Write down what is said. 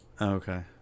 okay